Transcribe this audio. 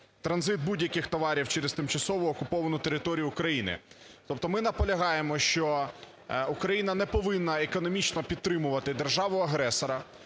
транзит будь-яких товарів через тимчасово окуповану територію України. Тобто ми наполягаємо, що Україна не повинна економічно підтримувати держави-агресора,